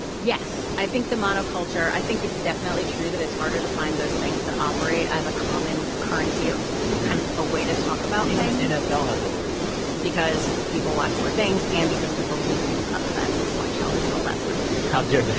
yes, i think the monoculture i think it's definitely true that it's harder to find those things that operate as a common currency of kind of a way to talk about things even the nfl has lower ratings nowadays because people watch more things and because people do things other than watch television all that stuff how dare